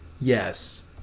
yes